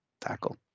tackle